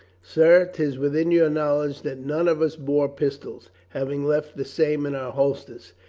sir, tis within your knowledge that none of us bore pistols, having left the same in our holsters.